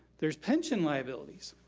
there's pension liabilities.